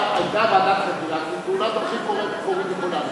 הייתה ועדת חקירה כי תאונות דרכים קורות לכולנו.